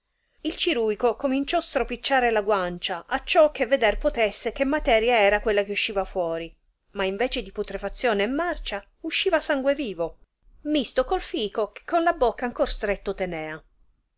il ciruico cominciò stroppicciare la guancia acciò che veder potesse che materia era quella che usciva fuori ma in vece di putrefazione e marcia usciva sangue vivo misto col fico che con la bocca ancor stretto tenea